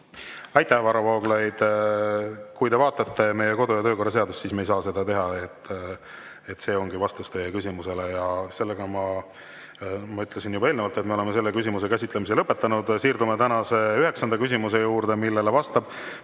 Aitäh, Varro Vooglaid! Kui te vaatate meie kodu‑ ja töökorra seadust, siis [näete, et] me ei saa seda teha. See ongi vastus teie küsimusele. Ma ütlesin juba eelnevalt, et me oleme selle küsimuse käsitlemise lõpetanud. Siirdume tänase üheksanda küsimuse juurde, millele vastab